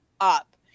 up